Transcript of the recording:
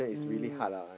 um